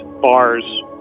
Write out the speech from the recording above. bars